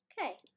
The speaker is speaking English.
Okay